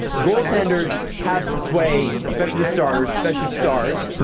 goaltenders have some sway, especially the starters, especially stars,